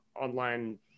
online